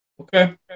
Okay